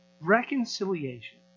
reconciliation